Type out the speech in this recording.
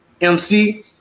MC